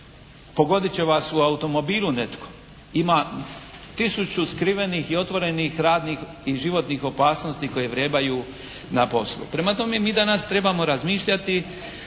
Pogodit će vas u automobilu netko. Ima tisuću skrivenih i otvorenih radnih i životnih opasnosti koje vrebaju na poslu. Prema tome mi danas trebamo razmišljati